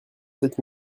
cette